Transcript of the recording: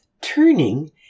turning